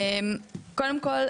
קודם כל,